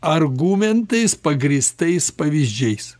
argumentais pagrįstais pavyzdžiais